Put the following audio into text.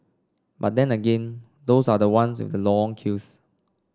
but then again those are the ones with the long queues